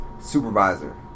supervisor